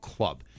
Club